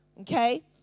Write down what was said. Okay